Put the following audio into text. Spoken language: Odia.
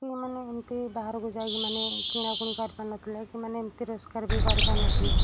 କି ମାନେ ଏମିତି ବାହାରକୁ ଯାଇକି ମାନେ କିଣା କୁଣି କରି ପାରୁନଥିଲେ କି ମାନେ ଏମିତି ରୋଜଗାର ବି କରିପାରୁନଥିଲେ